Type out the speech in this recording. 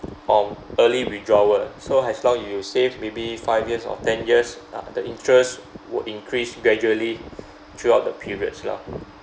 from early withdrawal so as long you save maybe five years or ten years ah the interest would increase gradually throughout the periods lah